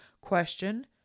question